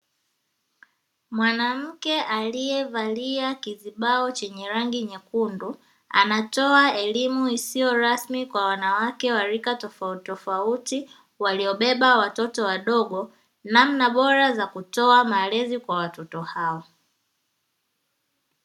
Mwanamke aliyevalia kizibao chenye rangi nyekundu anatoa elimu isiyo rasmi kwa wanawake wa rika tofauti tofauti waliobeba watoto wadogo namna bora za kutoa malezi kwa watoto hao.